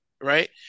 Right